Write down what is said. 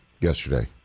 yesterday